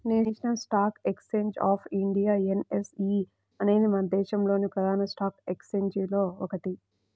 national stock exchange of India NSE అనేది మన దేశంలోని ప్రధాన స్టాక్ ఎక్స్చేంజిల్లో ఒకటి